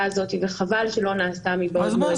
הזאת וחבל שהיא לא נעשתה מבעוד מועד.